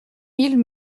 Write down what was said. mille